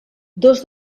dos